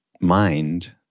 mind